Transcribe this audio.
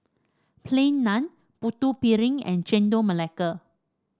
Plain Naan Putu Piring and Chendol Melaka